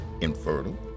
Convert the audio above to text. infertile